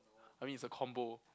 I mean it's a combo